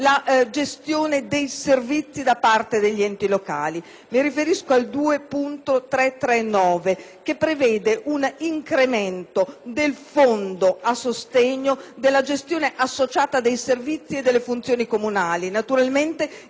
emendativa 2.339, che prevede un incremento del fondo a sostegno della gestione associata dei servizi e delle funzioni comunali, naturalmente in riferimento a quei piccoli Comuni per i quali sosteniamo